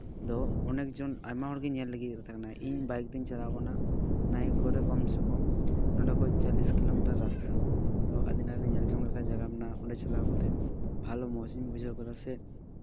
ᱫᱚ ᱚᱱᱮᱠ ᱡᱚᱱ ᱟᱭᱢᱟ ᱦᱚᱲᱜᱮ ᱧᱮᱞ ᱞᱟᱹᱜᱤᱫ ᱠᱚ ᱛᱟᱦᱮᱱᱟ ᱠᱟᱱᱟ ᱤᱧ ᱵᱟᱭᱤᱠ ᱛᱤᱧ ᱪᱟᱞᱟᱣ ᱠᱟᱱᱟ ᱱᱟᱭ ᱠᱚᱨᱮ ᱠᱚᱢ ᱥᱮ ᱠᱚᱢ ᱱᱚᱸᱰᱮ ᱠᱷᱚᱡ ᱪᱚᱞᱞᱤᱥ ᱠᱤᱞᱳᱢᱤᱴᱟᱨ ᱨᱟᱥᱛᱟ ᱛᱚ ᱟᱹᱫᱤᱱᱟ ᱨᱮ ᱧᱮᱞ ᱡᱚᱝ ᱞᱮᱠᱟᱱ ᱡᱟᱭᱜᱟ ᱢᱮᱱᱟᱜᱼᱟ ᱚᱸᱰᱮ ᱪᱟᱞᱟᱣ ᱠᱟᱛᱮᱫ ᱵᱷᱟᱞᱚ ᱢᱚᱡᱤᱧ ᱵᱩᱡᱷᱟᱹᱣ ᱟᱠᱟᱫᱟ ᱥᱮ